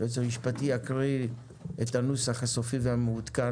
היועץ המשפטי יקריא את הנוסח הסופי והמעודכן